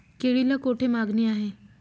केळीला कोठे मागणी आहे?